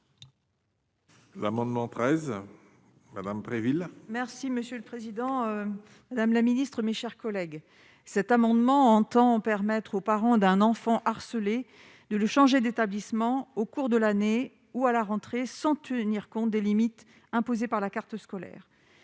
L'amendement 13 madame Préville. Merci monsieur le président, madame la ministre, mes chers collègues, cet amendement entend permettre aux parents d'un enfant harcelé de le changer d'établissement au cours de l'année ou à la rentrée, sans tenir compte des limites imposées par la carte scolaire,